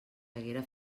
haguera